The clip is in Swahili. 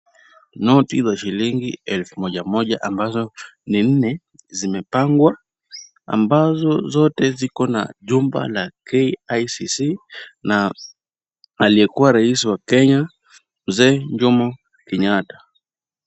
Noti za shilingi elfu moja moja ambazo ni nne zimepangwa, ambazo zote ziko na jumba la KICC na aliyekuwa rais wa Kenya mzee Jomo Kenyatta.